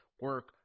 Work